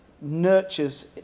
nurtures